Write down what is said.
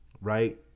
right